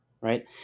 right